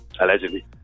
allegedly